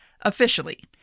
officially